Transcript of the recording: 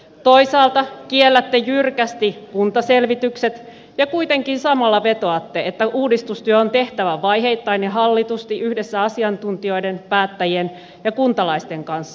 toisaalta kiellätte jyrkästi kuntaselvitykset ja kuitenkin samalla vetoatte että uudistustyö on tehtävä vaiheittain ja hallitusti yhdessä asiantuntijoiden päättäjien ja kuntalaisten kanssa